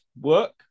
work